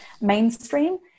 mainstream